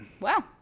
Wow